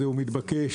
זה מתבקש,